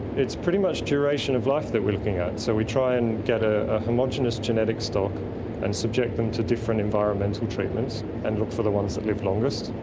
it's pretty much duration of life that we're looking at, so we try and get a homogenous genetic stock and subject them to different environmental treatments and look for the ones that live longest,